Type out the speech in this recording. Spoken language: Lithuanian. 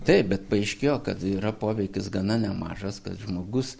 taip bet paaiškėjo kad yra poveikis gana nemažas kad žmogus